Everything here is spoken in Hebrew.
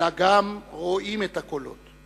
אלא גם רואים את הקולות.